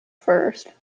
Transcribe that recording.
first